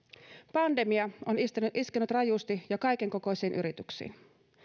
pandemia on iskenyt iskenyt rajusti jo kaiken kokoisiin yrityksiin